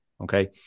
okay